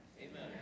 Amen